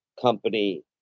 company